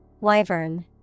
Wyvern